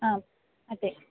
ആ അതെ